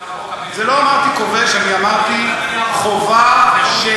לא אמרתי "כובש"; אני אמרתי שחובה של